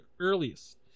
earliest